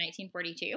1942